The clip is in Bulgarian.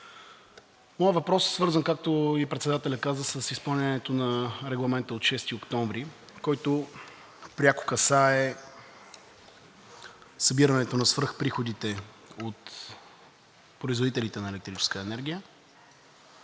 Моят въпрос е свързан, както и председателят каза, с изпълнението на Регламента от 6 октомври, който пряко касае събирането на свръхприходите от производителите на електрическа енергия,